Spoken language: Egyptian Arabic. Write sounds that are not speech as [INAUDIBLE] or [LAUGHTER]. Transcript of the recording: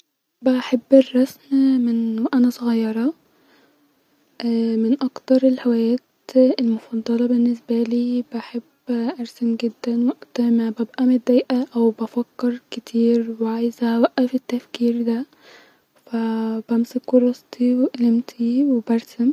بحب الرسم من-وانا صغيره [HESITATION] من امتر الحاجات المفضله بالنسبالي-بحب ارسم جدا وقت ما ببقي مدايقه وبفكر كتير وعايزه اوقف التفكير دا فا [HESITATION] بمسك كراستي وقلمتي وبرسم